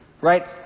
Right